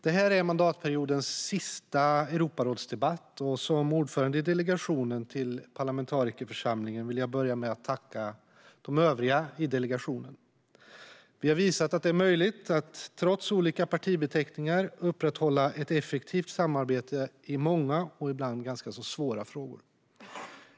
Det här är mandatperiodens sista Europarådsdebatt, och som ordförande i delegationen till parlamentarikerförsamlingen vill jag börja med att tacka övriga i delegationen. Vi har visat att det är möjligt att trots olika partibeteckningar upprätthålla ett effektivt samarbete i många och ibland svåra frågor.